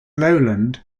lowland